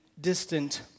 distant